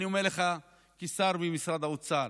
ואני אומר לך כשר במשרד האוצר,